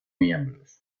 miembros